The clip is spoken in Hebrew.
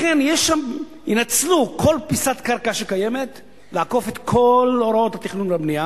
לכן ינצלו כל פיסת קרקע שקיימת לעקוף את כל הוראות התכנון והבנייה,